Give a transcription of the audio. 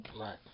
Right